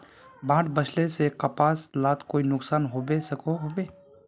बाढ़ वस्ले से कपास लात कोई नुकसान होबे सकोहो होबे?